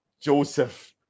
Joseph